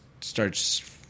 starts